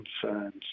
concerns